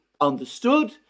understood